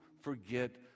forget